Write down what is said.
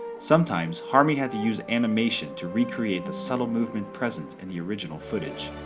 sometimes, harmy had to use animation to recreate the subtle movement present in the original footage.